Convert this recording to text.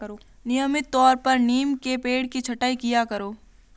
नियमित तौर पर नीम के पेड़ की छटाई किया करो